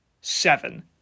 seven